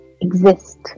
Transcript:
Exist